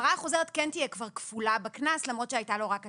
ההפרה החוזרת כן תהיה כפולה בקנס למרות שלפני הייתה לו רק התראה.